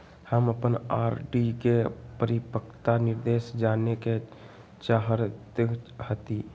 हम अपन आर.डी के परिपक्वता निर्देश जाने के चाहईत हती